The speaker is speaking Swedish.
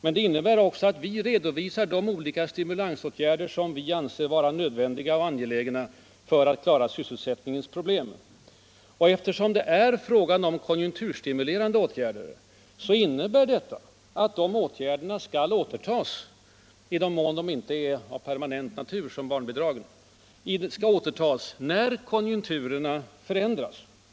Men det innebär också att vi redovisar de olika stimulansåtgärder som vi anser vara nödvändiga och angelägna för att klara sysselsättningsproblemen. Eftersom det är fråga om konjunkturstimulerande åtgärder innebär detta att de åtgärderna skall återtas — i den mån de inte är av permanent karaktär som barnbidragen — när konjunkturerna förändras.